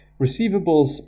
receivables